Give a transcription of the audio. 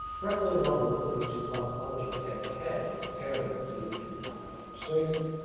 perhaps later on we'll put these two cosmologies head-to-head and compare them and see which we find more persuasive.